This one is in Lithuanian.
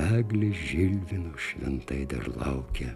eglė žilvino šventai dar laukia